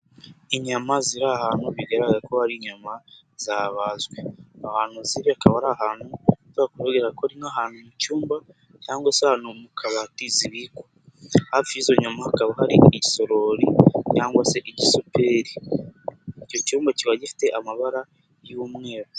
Inyama ziri ahantu bigaragaraga ko hari inyama zabazwe, ahantu ziri hakaba ari ahantu bishobora kuba ari nk'ahantu mu cyumba cyangwa se ari ahantu mu kabati zibikwa, hafi y'izo nyama hakaba hari isorori cyangwa se igisuperi, icyo cyumba kikaba gifite amabara y'umweru.